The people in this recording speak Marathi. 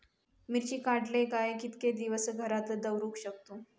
मिर्ची काडले काय कीतके दिवस घरात दवरुक शकतू?